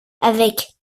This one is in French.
avec